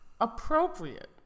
appropriate